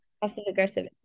passive-aggressive